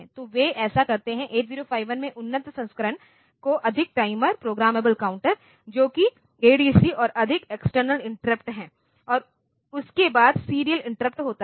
तो वे ऐसा करते हैं 8051 के उन्नत संस्करण को अधिक टाइमर प्रोग्रामेबल काउंटर जो कि एडीसी और अधिक एक्सटर्नल इंटरप्ट है और उसके बाद सीरियल इंटरप्ट होता है